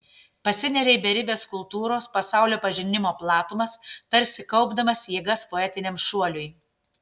pasineria į beribes kultūros pasaulio pažinimo platumas tarsi kaupdamas jėgas poetiniam šuoliui